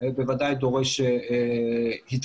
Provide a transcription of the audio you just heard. בוודאי דורש התעדכנות.